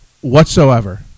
whatsoever